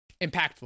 Impactful